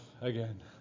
again